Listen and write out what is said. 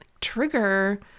trigger